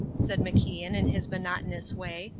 said macian in his monotonous way,